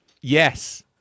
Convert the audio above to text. Yes